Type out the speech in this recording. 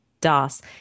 Das